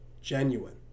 Genuine